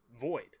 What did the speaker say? void